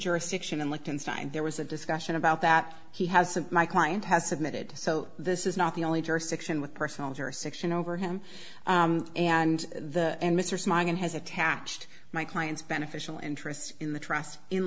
jurisdiction in liechtenstein there was a discussion about that he hasn't my client has submitted so this is not the only jurisdiction with personal jurisdiction over him and the and mr smiling and has attached my client's beneficial interest in the trust in